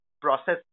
process